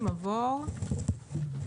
אנחנו לעולם לא נתפשר הוא שמירה על משק